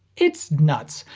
it's nuts.